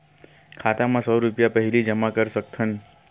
खाता मा सौ रुपिया पहिली जमा कर सकथन?